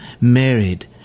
married